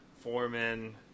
Foreman